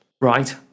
Right